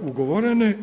ugovorene.